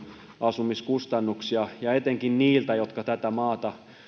asumiskustannuksia etenkin niillä jotka tätä maata